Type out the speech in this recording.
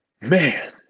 man